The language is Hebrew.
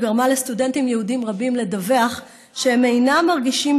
שגרמה לסטודנטים יהודים רבים לדווח שהם אינם מרגישים